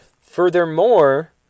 Furthermore